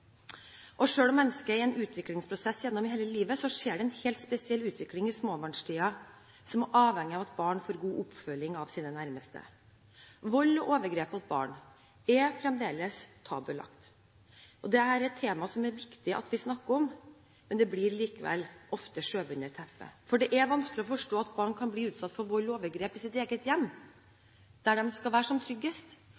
om mennesket er i en utviklingsprosess gjennom hele livet, skjer det en helt spesiell utvikling i småbarnstiden som avhenger av at barn får god oppfølging av sine nærmeste. Vold og overgrep mot barn er fremdeles tabubelagt. Dette er et tema som det er viktig at vi snakker om, men det blir allikevel ofte skjøvet under teppet, for det er vanskelig å forstå at barn kan bli utsatt for vold og overgrep i sitt eget hjem,